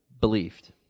believed